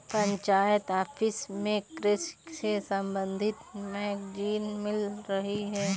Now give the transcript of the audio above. panchayat office में कृषि से संबंधित मैगजीन मिल रही है